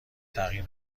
تغییر